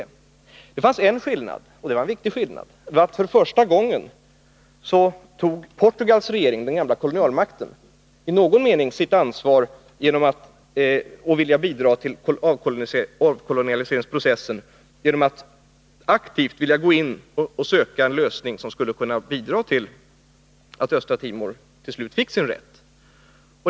Jo, det fanns en, och det var en viktig skillnad: För första gången tog Portugals regering — den gamla kolonialmakten — i någon mening sitt ansvar för att bidra till avkolonialiseringsprocessen genom att aktivt vilja gå in och söka en lösning som skulle kunna bidra till att Östra Timor till slut fick sin rätt.